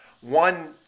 One